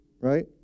Right